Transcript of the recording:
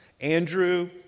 Andrew